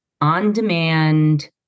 on-demand